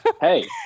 Hey